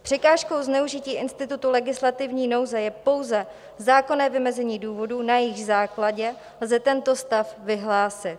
Překážkou zneužití institutu legislativní nouze je pouze zákonné vymezení důvodů, na jejich základě lze tento stav vyhlásit.